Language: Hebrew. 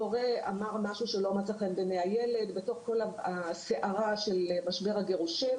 הורה אמר משהו שלא מצא חן בעיני הילד בתוך כל הסערה של משבר הגירושין,